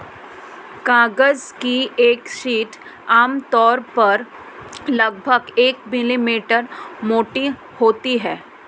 कागज की एक शीट आमतौर पर लगभग एक मिलीमीटर मोटी होती है